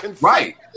Right